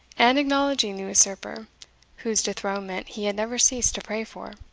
and acknowledging the usurper whose dethronement he had never ceased to pray for.